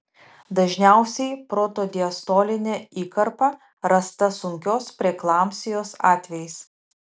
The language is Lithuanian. dažniausiai protodiastolinė įkarpa rasta sunkios preeklampsijos atvejais